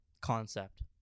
concept